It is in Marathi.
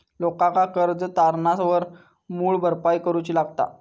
लोकांका कर्ज तारणावर मूळ भरपाई करूची लागता